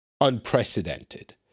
unprecedented